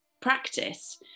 practice